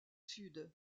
sud